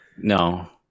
no